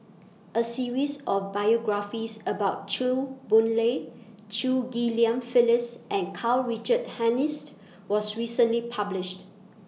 A series of biographies about Chew Boon Lay Chew Ghim Lian Phyllis and Karl Richard Hanitsch was recently published